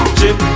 chip